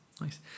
nice